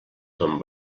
ton